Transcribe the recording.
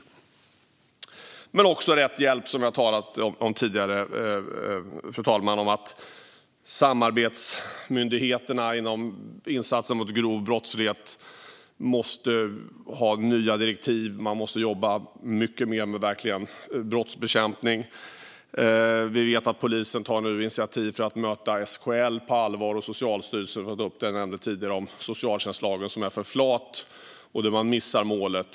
Den behöver också rätt hjälp, vilket jag har talat om tidigare, fru talman. Samarbetsmyndigheterna som gör insatser mot grov brottslighet måste få nya direktiv. De måste jobba mycket mer med brottsbekämpning. Vi vet att polisen nu tar initiativ för att på allvar möta SKL och Socialstyrelsen, vilket nämndes tidigare. Socialtjänstlagen är för flat, och man missar målet.